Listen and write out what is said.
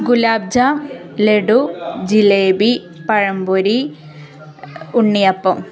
gulab jamun laddu jalebi pazhampori ഉണ്ണിയപ്പം